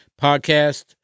podcast